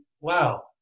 wow